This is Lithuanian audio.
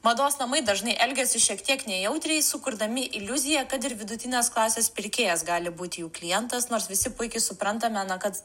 mados namai dažnai elgiasi šiek tiek nejautriai sukurdami iliuziją kad ir vidutinės klasės pirkėjas gali būti jų klientas nors visi puikiai suprantame na kad